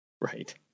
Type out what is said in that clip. Right